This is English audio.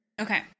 Okay